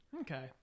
Okay